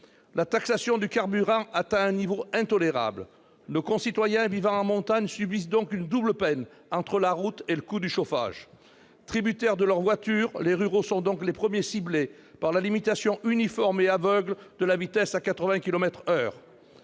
La taxation du carburant atteint un niveau intolérable. Nos concitoyens vivant en montagne subissent donc une double peine entre la route et le coût du chauffage. Tributaires de leurs voitures, les ruraux sont donc les premiers ciblés par la limitation uniforme et aveugle de la vitesse à 80 kilomètres